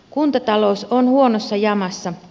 kuntatalous on huonossa jamassa